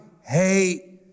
hate